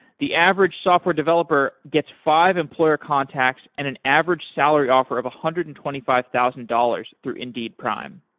the average software developer gets five employer contacts and an average salary offer of a one hundred and twenty five thousand dollars through indeed prime.